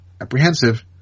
apprehensive